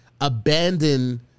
abandon